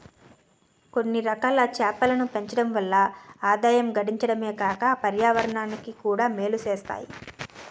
కొన్నిరకాల చేపలను పెంచడం వల్ల ఆదాయం గడించడమే కాక పర్యావరణానికి కూడా మేలు సేత్తాయి